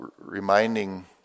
reminding